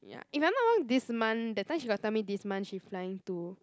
ya if I'm not wrong this month that time she got tell me this month she flying to